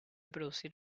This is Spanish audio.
producir